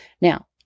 Now